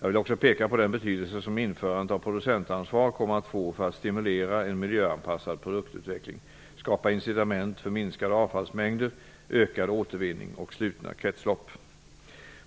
Jag vill också peka på den betydelse som införandet av producentansvar kommer att få för att stimulera en miljöanpassad produktutveckling, skapa incitament för minskade avfallsmängder, ökad återvinning och slutna kretslopp.